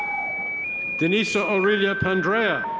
denisa orellia pandrea.